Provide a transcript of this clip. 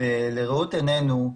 ולראות עינינו,